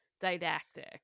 didactic